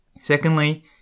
Secondly